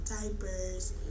diapers